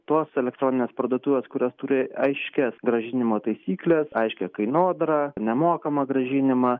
tos elektroninės parduotuvės kurios turi aiškias grąžinimo taisykles aiškią kainodarą nemokamą grąžinimą